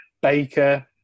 Baker